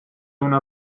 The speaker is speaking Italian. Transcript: una